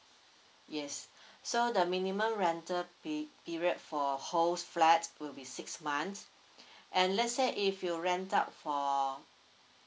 yes so the minimum rental pe~ period for host flat will be six months and let's say if you rent out for